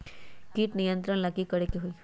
किट नियंत्रण ला कि करे के होतइ?